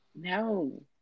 No